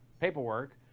paperwork